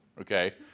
okay